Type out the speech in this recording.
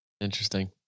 Interesting